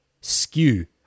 skew